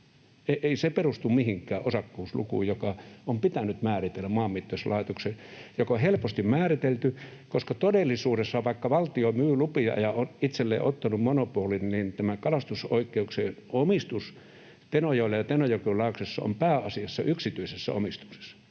ei se perustu mihinkään osakkuuslukuun, joka on Maanmittauslaitoksen pitänyt määritellä, joka on helposti määritelty, koska todellisuudessa, vaikka valtio myy lupia ja on itselleen ottanut monopolin, niin tämä kalastusoikeuksien omistus Tenojoella ja Tenojokilaaksossa on pääasiassa yksityisessä omistuksessa.